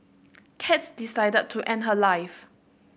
cats decided to end her life